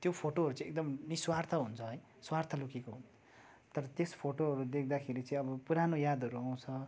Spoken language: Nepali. त्यो फोटोहरू चाहिँ एकदम निस्वार्थ हुन्छ है स्वार्थ लुकेको तर त्यस फोटोहरू देख्दाखेरि चाहिँ अब पुरानो यादहरू आउँछ